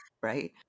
Right